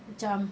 macam